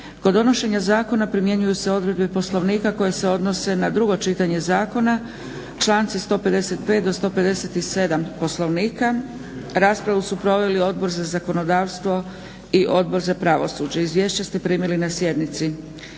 Kod donošenja zakona primjenjuju se odredbe Poslovnika koje se odnose na drugo čitanje zakona, članci 155. do 157. Poslovnika. Raspravu su proveli Odbor za zakonodavstvo i Odbor za pravosuđe. Izvješće ste primili na sjednici.